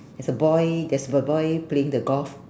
there's a boy there's boy boy playing the golf